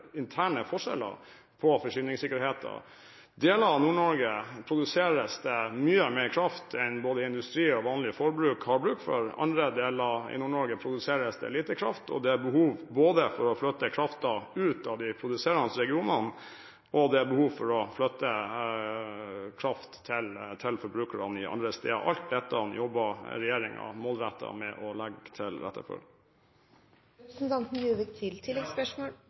interne forskjeller i forsyningssikkerheten. I deler av Nord-Norge produseres det mye mer kraft enn både industri og vanlige forbrukere har bruk for. I andre deler av Nord-Norge produseres det lite kraft, og det er behov både for å flytte kraften ut av de produserende regionene og for å flytte kraft til forbrukere andre steder. Alt dette jobber regjeringen målrettet med å legge til rette